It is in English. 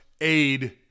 aid